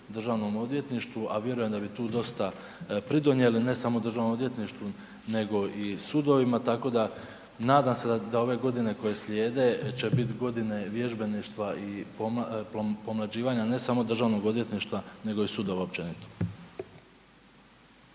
pristup DORH-u, a vjerujem da bi tu dosta pridonijeli, ne samo DORH-u nego i sudovima, tako da, nadam se da ove godine koje slijede će biti godine vježbeništva i pomlađivanja, ne samo DORH-a nego i sudova općenito.